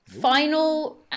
final